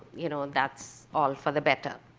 you know, that's all for the better.